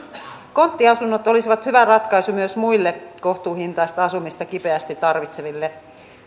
konttiasunnot olisivat hyvä ratkaisu myös muille kohtuuhintaista asumista kipeästi tarvitseville